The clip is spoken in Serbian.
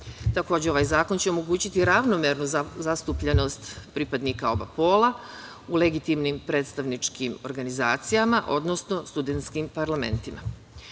studija. Takođe, ovaj zakon će omogućiti ravnomernu zastupljenost pripadnika oba pola u legitimnim predstavničkim organizacijama, odnosno studentskim parlamentima. Većina